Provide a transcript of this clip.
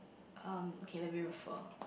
um okay let me refer